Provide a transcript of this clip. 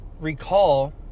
recall